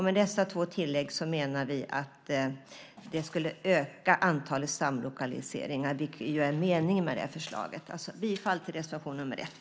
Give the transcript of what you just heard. Med dessa två tillägg menar vi att antalet samlokaliseringar skulle öka, vilket ju är meningen med förslaget. Bifall till reservation nr 1!